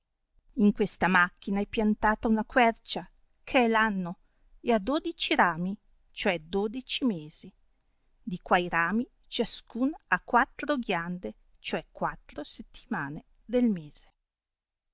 in questa macchina è piantata una quercia che è l'anno e ha dodici rami cioè dodeci mesi di quai rami ciascun ha quattro ghiande cioè quattro settimane del mese